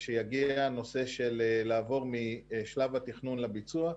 כשיגיע הזמן לעבור משלב התכנון לביצוע,